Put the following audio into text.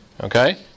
Okay